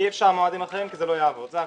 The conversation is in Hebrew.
אי אפשר מועדים אחרים כי זה לא יעבוד, זה הכל.